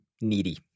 needy